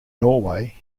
norway